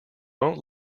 won’t